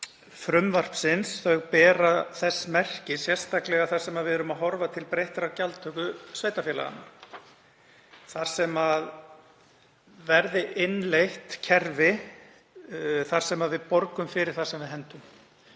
frumvarpsins bera þess merki, sérstaklega þar sem við erum að horfa til breyttrar gjaldtöku sveitarfélaganna, þar sem innleitt verður kerfi þar sem við borgum fyrir það sem við hendum.